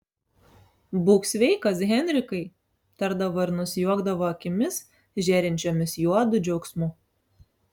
būk sveikas henrikai tardavo ir nusijuokdavo akimis žėrinčiomis juodu džiaugsmu